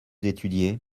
étudiez